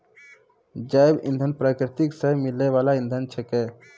जैव इंधन प्रकृति सॅ मिलै वाल इंधन छेकै